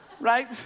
right